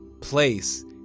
place